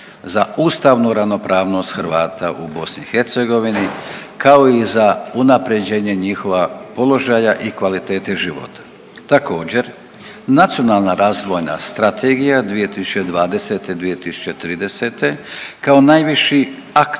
Hrvata u BiH kao i za unaprjeđenje njihovog položaja i kvalitete života. Također, Nacionalna razvojna strategija 2020.-2030. kao najviši akt